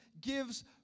gives